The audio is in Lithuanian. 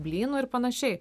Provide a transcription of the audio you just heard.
blynų ir panašiai